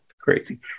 Crazy